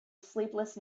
sleepless